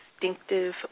distinctive